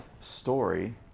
story